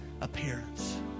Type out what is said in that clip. appearance